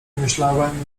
myślałem